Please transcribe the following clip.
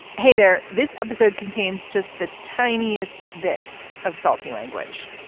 hey there. this episode contains just the tiniest bit of salty language.